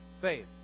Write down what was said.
faith